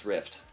Rift